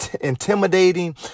intimidating